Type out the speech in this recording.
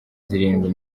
zirindwi